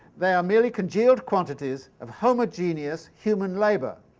they are merely congealed quantities of homogeneous human labour,